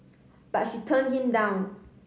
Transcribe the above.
but she turned him down